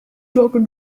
talking